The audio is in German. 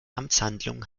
amtshandlung